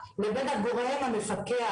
לבין הגורם המפקח.